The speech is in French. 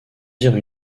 dire